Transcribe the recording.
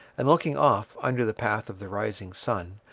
and looking off under the path of the rising sun,